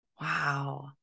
Wow